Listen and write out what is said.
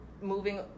moving